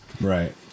Right